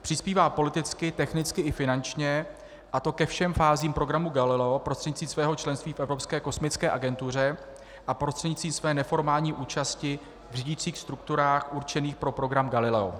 Přispívá politicky, technicky i finančně, a to ke všem fázím programu Galileo prostřednictvím svého členství v Evropské kosmické agentuře a prostřednictvím své neformální účasti v řídicích strukturách určených pro program Galileo.